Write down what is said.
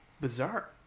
bizarre